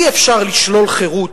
אי-אפשר לשלול חירות,